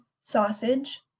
Sausage